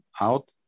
out